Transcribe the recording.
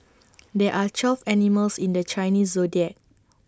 there are twelve animals in the Chinese Zodiac